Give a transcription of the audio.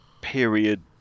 period